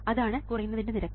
അതാണ് കുറയുന്നതിന്റെ നിരക്ക്